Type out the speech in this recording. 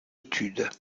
études